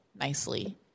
nicely